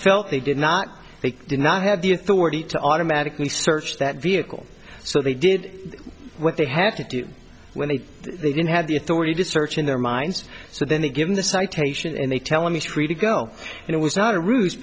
felt they did not they did not have the authority to automatically search that vehicle so they did what they have to do when they they didn't have the authority to search in their minds so then they give him the citation and they tell me to go and it was not a ruse